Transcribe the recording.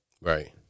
Right